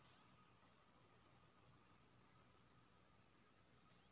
दुधारू पसु में दूध के लेल गाय आ भैंस में कोन श्रेष्ठ होयत?